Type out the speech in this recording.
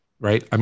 Right